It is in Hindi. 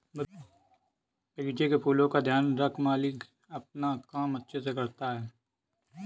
बगीचे के फूलों का ध्यान रख माली अपना काम अच्छे से करता है